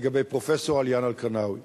לגבי פרופסור עליאן אל-קרינאווי.